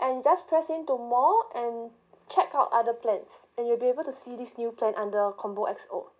and just press into more and check out other plans and you'll be able to see this new plan under combo X O